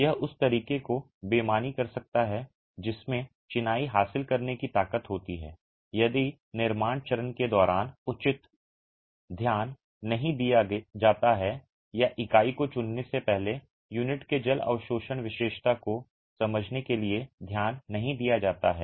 यह उस तरीके को बेईमानी कर सकता है जिसमें चिनाई हासिल करने की ताकत होती है यदि निर्माण चरण के दौरान उचित ध्यान नहीं दिया जाता है या इकाई को चुनने से पहले यूनिट के जल अवशोषण विशेषता को समझने के लिए ध्यान नहीं दिया जाता है